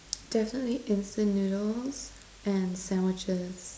there's only instant noodles and sandwiches